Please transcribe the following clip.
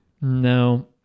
No